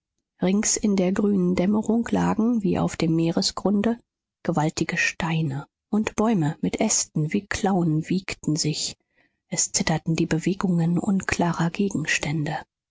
rings in der grünen dämmerung lagen wie auf dem meeresgründe gewaltige steine und bäume mit ästen wie klauen wiegten sich es zitterten die bewegungen unklarer gegenstände